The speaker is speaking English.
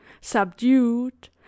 subdued